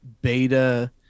beta